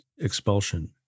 expulsion